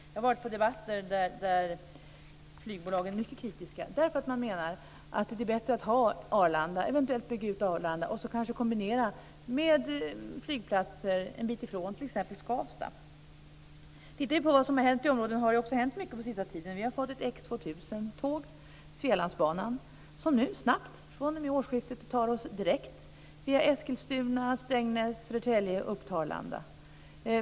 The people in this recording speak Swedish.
Jag har deltagit i debatter där flygbolagen varit mycket kritiska, därför att de menar att det är bättre att ha Arlanda, att eventuellt bygga ut Arlanda och kanske kombinera det med flygplatser en bit ifrån, t.ex. Skavsta. Det har hänt mycket i området på sista tiden. Vi har fått X 2000-tåg på Svealandsbanan som fr.o.m. Södertälje direkt upp till Arlanda.